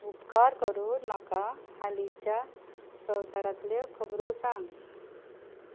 उपकार करून म्हाका हालींच्या संवसारांतल्यो खबरो सांग